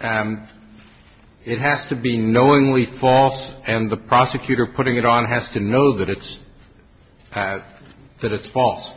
it has to be knowingly false and the prosecutor putting it on has to know that it's that it's false